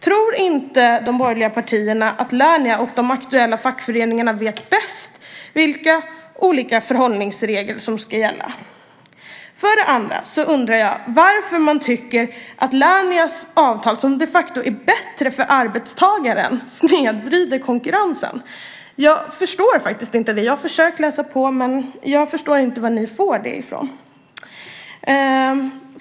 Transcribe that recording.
Tror inte de borgerliga partierna att Lernia och de aktuella fackföreningarna vet bäst vilka olika förhållningsregler som ska gälla? För det andra undrar jag varför man tycker att Lernias avtal, som de facto är bättre för arbetstagaren, snedvrider konkurrensen. Jag förstår faktiskt inte det. Jag har försökt läsa på, men jag förstår inte var ni får det ifrån.